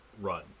run